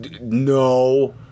No